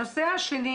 הנושא השני